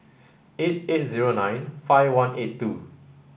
eight eight zero nine five one eight two